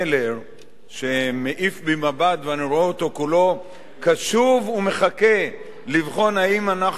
ואני רואה אותו כולו קשוב ומחכה לבחון אם אנחנו נזכיר גם את הצעתו,